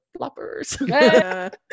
floppers